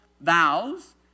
vows